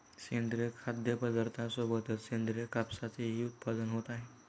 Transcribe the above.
सेंद्रिय खाद्यपदार्थांसोबतच सेंद्रिय कापसाचेही उत्पादन होत आहे